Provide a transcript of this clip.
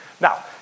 Now